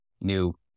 new